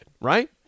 right